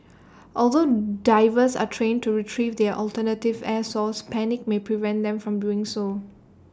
although divers are trained to Retrieve their alternative air source panic may prevent them from doing so